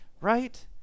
right